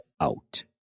out